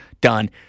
Done